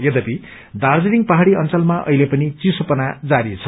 यघपि दार्जीलिङ पहाड़ी अंचलमा अहिले पनि चिसोपना जारी छ